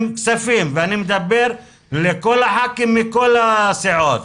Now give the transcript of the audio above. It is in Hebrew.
כספים ואני מדבר לכל הח"כים מכל הסיעות,